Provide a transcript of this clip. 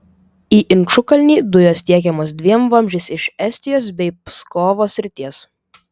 į inčukalnį dujos tiekiamos dviem vamzdžiais iš estijos bei pskovo srities